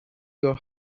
your